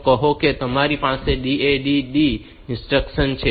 તો કહો કે તમારી પાસે DAD D જેવી ઇન્સ્ટ્રક્શન છે